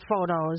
photos